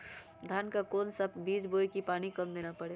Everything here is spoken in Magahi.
धान का कौन सा बीज बोय की पानी कम देना परे?